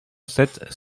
sept